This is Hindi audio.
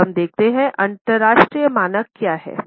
अब हम देखते हैं कि अंतरराष्ट्रीय मानक क्या हैं